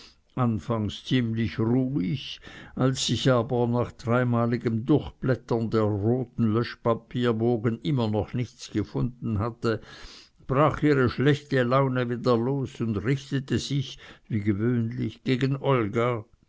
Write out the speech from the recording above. anfangs ziemlich ruhig als sich aber nach dreimaligem durchblättern der roten löschpapierbogen immer noch nichts gefunden hatte brach ihre schlechte laune wieder los und richtete sich wie gewöhnlich gegen olga